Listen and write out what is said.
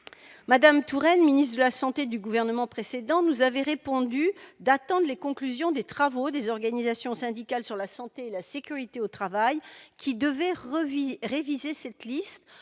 Mme Touraine, ministre de la santé du gouvernement précédent, nous avait demandé d'attendre les conclusions des travaux des organisations syndicales sur la santé et la sécurité au travail. Ces travaux devaient